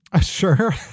sure